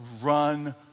run